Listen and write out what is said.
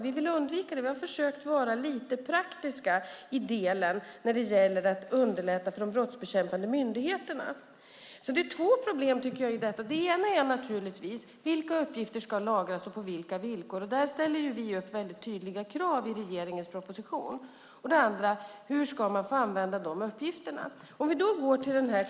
Vi vill undvika detta och har försökt att vara lite praktiska när det gäller att underlätta för de brottsbekämpande myndigheterna. Det finns två problem i detta. Det ena är vilka uppgifter som ska lagras och på vilka villkor. Där ställer vi upp tydliga krav i regeringens proposition. Det andra problemet är hur uppgifterna ska få användas.